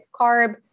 carb